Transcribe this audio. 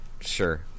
sure